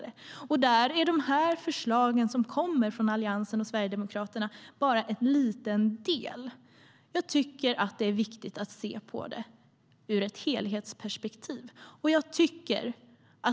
De förslag som kommer från Alliansen och Sverigedemokraterna är bara en liten del i det här. Det är viktigt att se på det ur ett helhetsperspektiv.